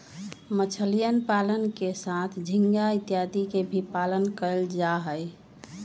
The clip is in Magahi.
मछलीयन पालन के साथ झींगा इत्यादि के भी पालन कइल जाहई